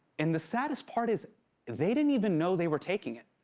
and the saddest part is they didn't even know they were taking it.